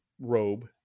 robe